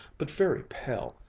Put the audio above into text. but very pale,